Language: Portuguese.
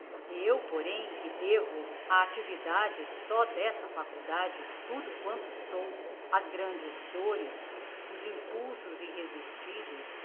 eu porém que devo á actividade só d'esta faculdade tudo quanto sou as grandes dôres os impulsos irresistiveis